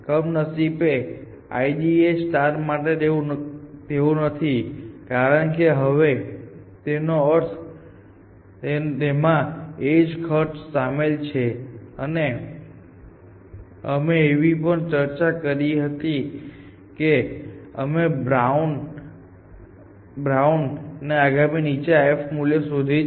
કમનસીબે IDA માટે તેવું નથી કારણ કે હવે તેમાં એજ ખર્ચ શામેલ છે અને અમે એવી પણ ચર્ચા કરી હતી કે અમે બાઉન્ડ ને આગામી નીચા f મૂલ્ય સુધી જ વધારો કરીશું